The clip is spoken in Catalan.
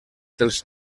dels